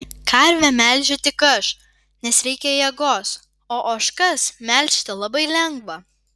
karvę melžiu tik aš nes reikia jėgos o ožkas melžti labai lengva